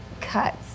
cuts